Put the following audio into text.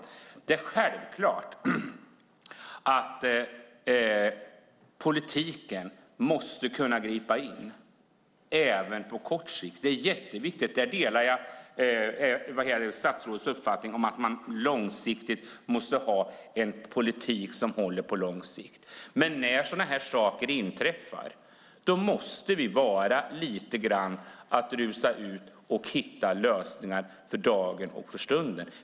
Det är självklart att politiken måste kunna gripa in även på kort sikt. Det är jätteviktigt, där delar jag statsrådets uppfattning, att man måste ha en politik som håller på lång sikt. Men när sådana här saker inträffar måste vi lite grann rusa ut och hitta lösningar för dagen och för stunden.